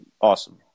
awesome